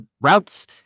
routes